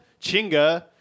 Chinga